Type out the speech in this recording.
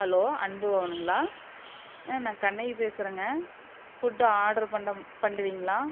hello அன்பு பவனுங்களா ம் நான் கண்ணகி பேசுகிறேங்க ஃபுட்டு ஆர்ட்ரு பண்ட பண்ணுவீங்களா